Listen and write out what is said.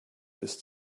ist